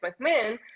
McMahon